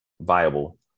viable